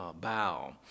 bow